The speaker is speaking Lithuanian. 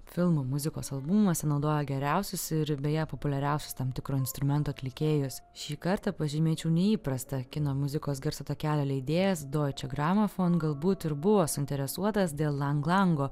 filmų muzikos albumuose naudoja geriausius ir beje populiariausius tam tikro instrumento atlikėjus šį kartą pažymėčiau neįprastą kino muzikos garso takelio leidėjas doiče gramafon galbūt ir buvo suinteresuotas dėl lang lango